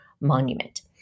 monument